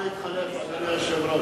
אני מוכן להתחלף, אדוני היושב-ראש.